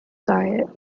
diet